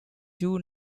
two